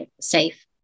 safe